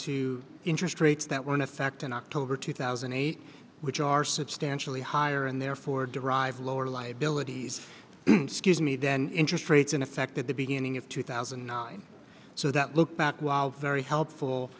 to interest rates that were in effect in october two thousand and eight which are substantially higher and therefore derive lower liabilities scuse me than interest rates in effect at the beginning of two thousand and nine so that look back was very helpful